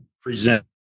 present